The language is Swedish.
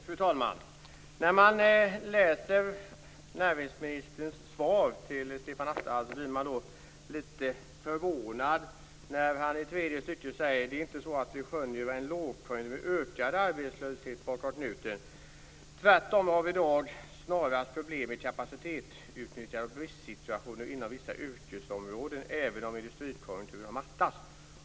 Fru talman! När man läser näringsministerns svar till Stefan Attefall blir man lite förvånad. I tredje stycket säger han: "Det är inte så att vi skönjer en lågkonjunktur med ökande arbetslöshet bakom knuten. Tvärtom har vi i dag snarast problem med kapacitetsutnyttjandet och bristsituationer inom vissa yrkesområden, även om industrikonjunkturen har mattats."